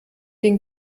den